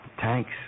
Tanks